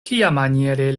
kiamaniere